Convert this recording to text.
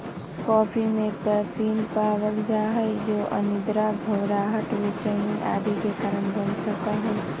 coffee में caffeine पावल जा हई जो अनिद्रा, घबराहट, बेचैनी आदि के कारण बन सका हई